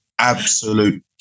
absolute